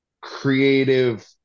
creative